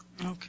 Okay